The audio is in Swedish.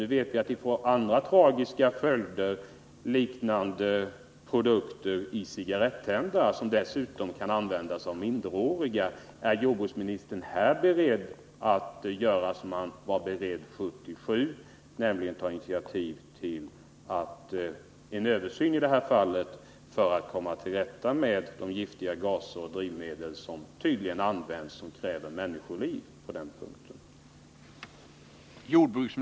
Nu vet vi att användningen av ifrågavarande cigarettändare får andra tragiska följder, i synnerhet som dessa kan användas av minderåriga. Är jordbruksministern beredd att göra detsamma som år 1977, nämligen att ta initiativ till en översyn för att komma till rätta med de giftiga gaser och drivmedel som tydligen används i samband med cigarettändare och som kräver människoliv?